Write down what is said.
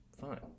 Fine